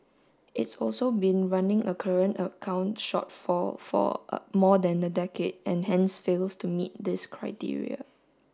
it's also been running a current account shortfall for more than a decade and hence fails to meet this criteria